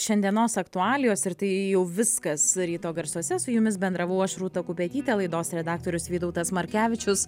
šiandienos aktualijos ir tai jau viskas ryto garsuose su jumis bendravau aš rūta kupetytė laidos redaktorius vytautas markevičius